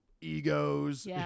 egos